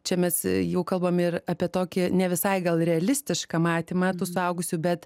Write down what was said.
čia mes jau kalbam ir apie tokį ne visai gal realistišką matymą tų suaugusių bet